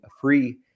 free